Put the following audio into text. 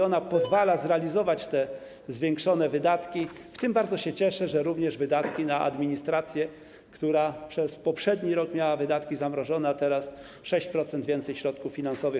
Ona pozwala zrealizować te zwiększone wydatki, w tym - bardzo się cieszę - również wydatki na administrację, która przez poprzedni rok miała wydatki zamrożone, a teraz otrzymuje 6% więcej środków finansowych.